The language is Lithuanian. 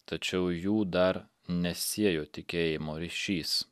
tačiau jų dar nesiejo tikėjimo ryšys